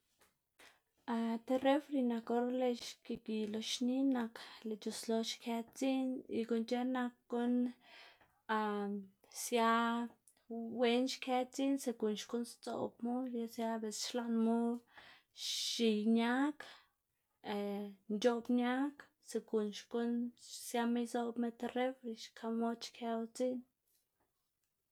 ti refri nak or lëꞌ xkigi lo xni nak lëꞌ c̲h̲uslo xkë dziꞌn y guꞌn c̲h̲eꞌn nak guꞌn sia wen xkë dziꞌn segun xkuꞌn sdzoꞌbmu sia belsa xlaꞌnmu x̱iy ñag nc̲h̲oꞌb ñag segun xkuꞌn siama izoꞌbma tib refri xka mod xkëwu dziꞌn.